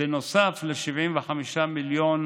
נוסף על 75 מיליון